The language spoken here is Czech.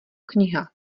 kniha